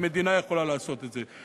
ומדינה יכולה לעשות את זה,